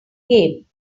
game